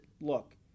look